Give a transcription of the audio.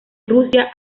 rusia